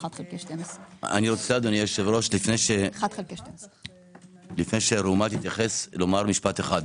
1 חלקי 12. לפני שראומה תתייחס אני מבקש לומר משפט אחד,